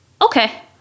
okay